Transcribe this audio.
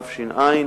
תש"ע,